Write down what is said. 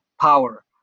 power